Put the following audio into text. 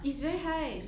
it's very high